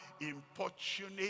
importunate